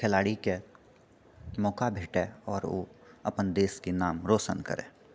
खेलाड़ीके मौका भेटए आओर ओ अपन देशके नाम रोशन करए